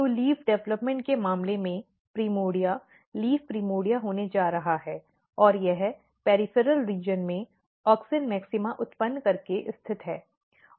तो leaf development के मामले में प्रिमोर्डिया लीफ प्रिमोर्डिया होने जा रहा है और यह पेरिफेरल क्षेत्र में ऑक्सिन मैक्सिमा उत्पन्न करके स्थित है